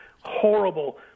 horrible